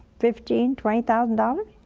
fifteen twenty thousand um